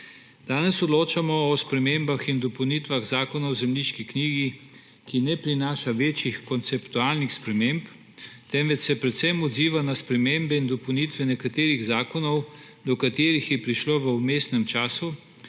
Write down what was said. Danes odločamo o spremembah in dopolnitvah Zakona o zemljiški knjigi, ki ne prinašajo večjih konceptualnih sprememb, temveč se predvsem odzivajo na spremembe in dopolnitve nekaterih zakonov, do katerih je prišlo v vmesnem času,